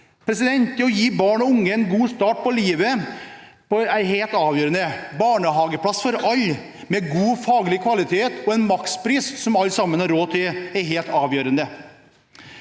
Det å gi barn og unge en god start på livet er helt avgjørende. Barnehageplass til alle, god faglig kvalitet og der det er en makspris som alle sammen har råd til, er helt avgjørende.